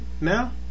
now